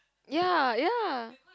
ya ya